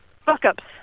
fuck-ups